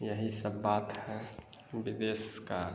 यही सब बात है विदेश का